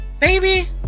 Baby